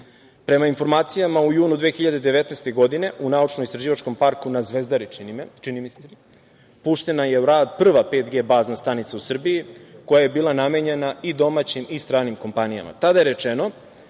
Prema informacijama u junu 2019. godine, u naučno istraživačkom parku na Zvezdari čini mi se, puštena je u rad prva 5G bazna stanica u Srbiji koja je bila namenjena i domaćim i stranim kompanijama.